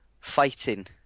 fighting